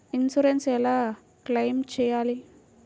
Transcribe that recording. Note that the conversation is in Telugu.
ఇన్సూరెన్స్ ఎలా క్లెయిమ్ చేయాలి?